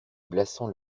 blassans